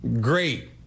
great